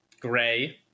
gray